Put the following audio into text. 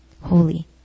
holy